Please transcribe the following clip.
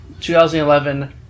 2011